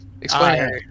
Explain